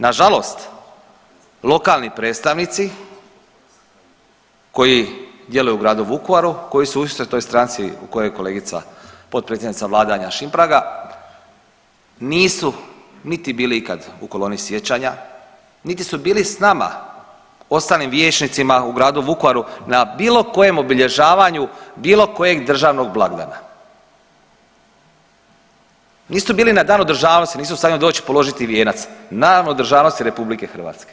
Nažalost lokalni predstavnici koji djeluju u gradu Vukovaru, koji su u istoj toj stranci u kojoj je kolegica potpredsjednica vlade Anja Šimpraga nisu niti bili ikad u koloni sjećanja, niti su bili s nama ostalim vijećnicima u gradu Vukovaru na bilo kojem obilježavanju bilo kojeg državnog blagdana, nisu bili na Danu državnosti, nisu u stanju doći i položiti vijenac na Dan državnosti RH.